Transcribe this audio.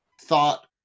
thought